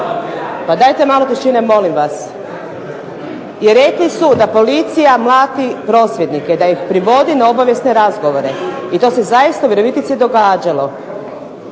Pa dajte malo tišine molim vas! I rekli su da policija mlati prosvjednike, da ih privodi na obavijesne razgovore. I to se zaista u Virovitici događalo.